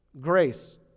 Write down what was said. Grace